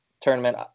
tournament